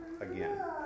again